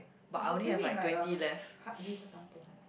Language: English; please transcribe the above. you should save it in like a hard disk or something